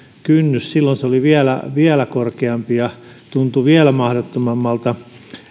kynnys silloin se oli vielä vielä korkeampi ja tuntui vielä mahdottomammalta